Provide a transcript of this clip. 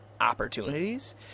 opportunities